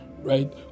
right